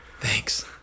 thanks